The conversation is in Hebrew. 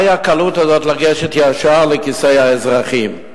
מהי הקלות הזאת לגשת ישר לכיסי האזרחים?